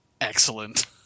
Excellent